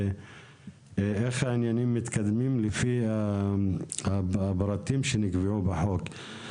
ואיך העניינים מתקדמים לפי הפרטים שנקבעו בחוק.